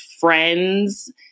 friends